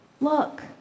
Look